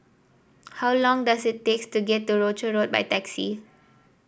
how long does it takes to get to Rochor Road by taxi